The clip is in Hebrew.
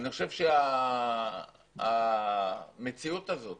המציאות הזאת